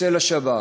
אצל השב"כ.